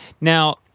Now